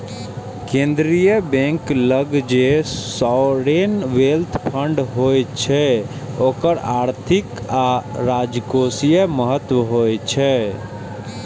केंद्रीय बैंक लग जे सॉवरेन वेल्थ फंड होइ छै ओकर आर्थिक आ राजकोषीय महत्व होइ छै